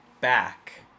back